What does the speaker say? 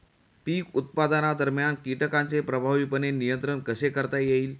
पीक उत्पादनादरम्यान कीटकांचे प्रभावीपणे नियंत्रण कसे करता येईल?